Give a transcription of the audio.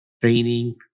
training